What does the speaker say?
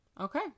Okay